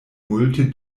multe